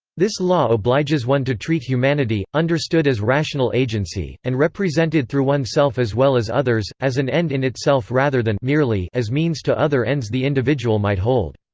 this law obliges one to treat humanity understood as rational agency, and represented through oneself as well as others as an end in itself rather than as means to other ends the individual might hold.